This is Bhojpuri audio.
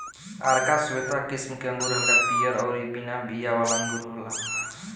आरका श्वेता किस्म के अंगूर हल्का पियर अउरी बिना बिया वाला अंगूर होला